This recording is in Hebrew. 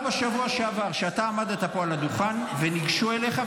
רק בשבוע שעבר אתה עמדת פה על הדוכן וניגשו אליך,